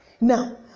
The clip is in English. Now